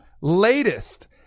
Latest